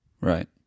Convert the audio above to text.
Right